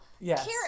Yes